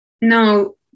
no